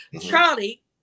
charlie